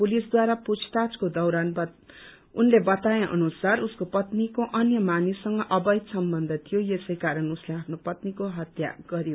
पुलिसद्वारा पूछताछको दौरान बताए अनुसार उसको पत्नीको अन्य मानिससँग अवैध सम्बन्ध थियो यसै कारण उसले आफ्नो पत्नीको हत्या गरयो